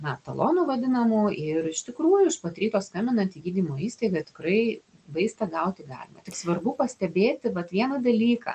na talonų vadinamų ir iš tikrųjų iš pat ryto skambinant į gydymo įstaigą tikrai vaistą gauti galima tik svarbu pastebėti vat vieną dalyką